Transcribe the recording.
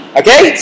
okay